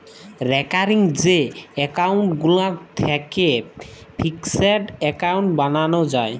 recurring যে account গুলান থ্যাকে ফিকসেড এক্কাউল্ট বালালো যায়